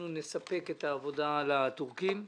נספק את העבודה לטורקים,